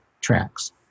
tracks